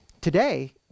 today